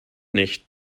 nicht